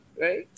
right